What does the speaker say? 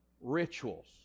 rituals